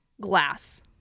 glass